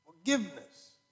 forgiveness